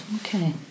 Okay